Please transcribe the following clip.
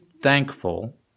thankful